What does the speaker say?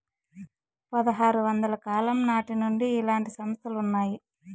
పదహారు వందల కాలం నాటి నుండి ఇలాంటి సంస్థలు ఉన్నాయి